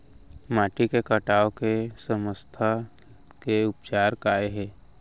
माटी के कटाव के समस्या के उपचार काय हे?